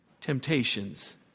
temptations